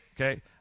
okay